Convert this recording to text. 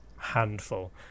Handful